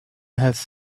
has